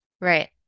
Right